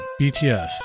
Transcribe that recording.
BTS